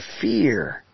fear